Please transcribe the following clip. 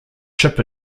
ship